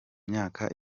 myaka